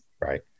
Right